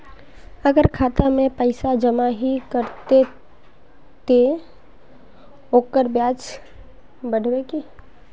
अगर खाता में पैसा जमा ही रहते ते ओकर ब्याज बढ़ते की?